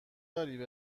داری